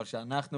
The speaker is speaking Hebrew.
אבל שאנחנו